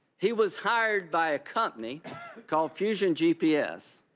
he was hired by a company called fusion gps